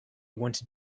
wanted